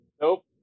nope